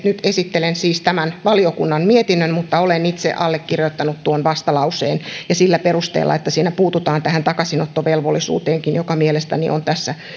nyt esittelen siis tämän valiokunnan mietinnön mutta olen itse allekirjoittanut tuon vastalauseen sillä perusteella että siinä puututaan tähän takaisinottovelvollisuuteenkin mikä mielestäni on tässä